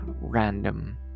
random